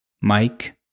Mike